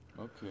Okay